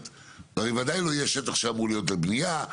הרי וודאי זה לא יהיה שטח שאמור להיות בבניה,